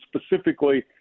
specifically